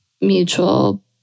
mutual